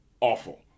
awful